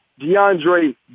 DeAndre